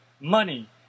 money